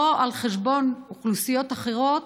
לא על חשבון אוכלוסיות אחרות,